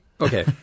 Okay